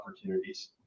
opportunities